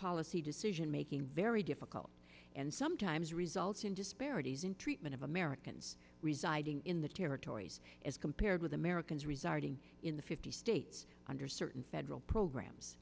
policy decision making very difficult and sometimes results in disparities in treatment of americans residing in the territories as compared with americans residing in the fifty states under certain federal programs